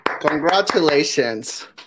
congratulations